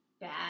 bad